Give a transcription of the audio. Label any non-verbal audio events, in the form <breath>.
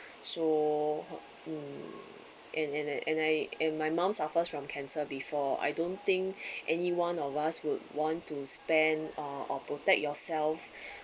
so (hmm)and and and and I and my mom suffers from cancer before I don't think <breath> anyone of us would want to spend or or protect yourself